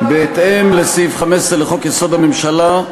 בהתאם לסעיף 15 לחוק-יסוד: הממשלה,